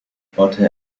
baute